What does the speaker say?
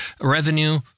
revenue